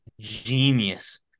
genius